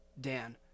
Dan